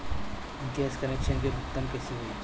Gas connection के भुगतान कैसे होइ?